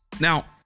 now